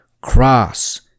Cross